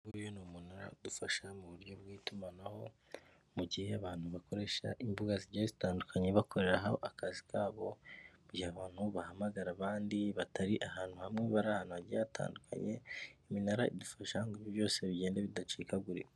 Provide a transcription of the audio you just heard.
Uyu nguyu ni umunara udufasha mu buryo bw'itumanaho, mu gihe abantu bakoresha imbuga zigiye zitandukanye bakoreraho akazi kabo, mu gihe abantu bahamagara abandi batari ahantu hamwe bari ahantu hagiye hatandukanye, iminara idufasha ngo ibi byose bigende bidacikaguririka.